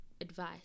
advice